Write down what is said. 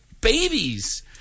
babies